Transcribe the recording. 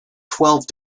twelve